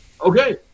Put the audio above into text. okay